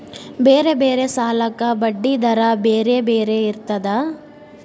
ಬೇರೆ ಬೇರೆ ಸಾಲಕ್ಕ ಬಡ್ಡಿ ದರಾ ಬೇರೆ ಬೇರೆ ಇರ್ತದಾ?